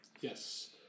Yes